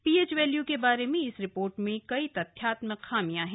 pH value के बारे में इस रिपोर्ट में कई तथ्यात्मक खामियां हैं